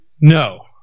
No